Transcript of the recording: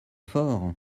fort